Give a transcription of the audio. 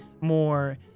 more